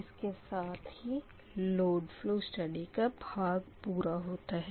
इससे साथ ही लोड फ़लो स्टडी का भाग पूरा होता है